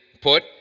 put